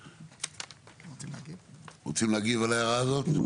רוצים להגיב על ההערה הזאת?